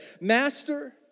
Master